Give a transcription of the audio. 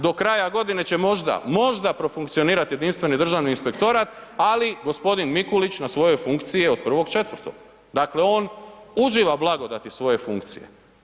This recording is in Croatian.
Do kraja godine će možda, možda profunkcionirati jedinstveni državni inspektorat ali gospodin Mikulić na svojoj funkciji je od 1.4. dakle on uživa blagodati svoje funkcije.